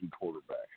quarterback